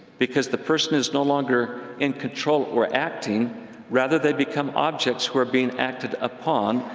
because the person is no longer in control or acting rather, they become objects who are being acted upon,